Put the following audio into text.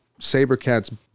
Sabercats